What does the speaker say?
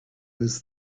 was